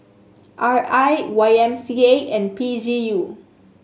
R I Y M C A and P G U